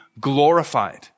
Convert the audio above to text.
glorified